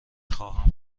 خواهم